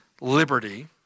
liberty